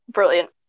Brilliant